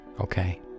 okay